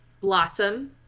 Blossom